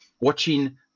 watching